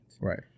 Right